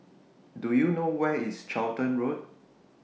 Do YOU know Where IS Charlton Road